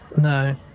No